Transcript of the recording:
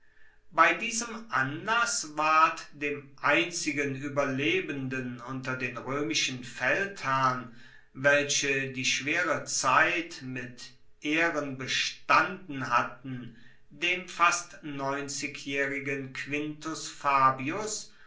bei diesem anlass ward dem einzigen ueberlebenden unter den roemischen feldherren welche die schwere zeit mit ehren bestanden hatten dem fast neunzigjaehrigen quintus fabius